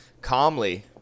calmly